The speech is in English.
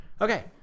Okay